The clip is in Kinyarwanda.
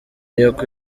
y’uko